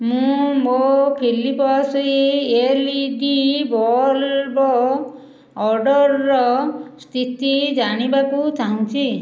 ମୁଁ ମୋ Philips L E D bulb ଅର୍ଡ଼ର୍ର ସ୍ଥିତି ଜାଣିବାକୁ ଚାହୁଁଛି